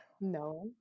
No